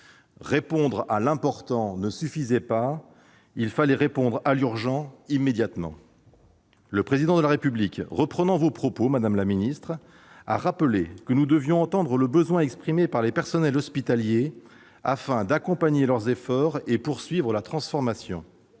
Répondre à l'important ne suffisait pas ; il fallait répondre à l'urgent immédiatement. Le Président de la République, reprenant vos propos, madame la ministre, a rappelé que nous devions entendre les besoins exprimés par les personnels hospitaliers, afin d'accompagner leurs efforts et de poursuivre la transformation.